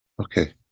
okay